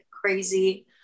crazy